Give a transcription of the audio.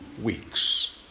weeks